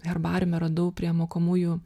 herbariume radau prie mokomųjų